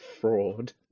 fraud